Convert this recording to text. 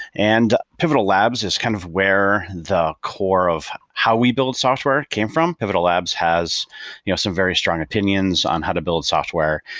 and pivotal labs is kind of where the core of how we build software came from. pivotal labs has you know some very strong opinions on how to build software.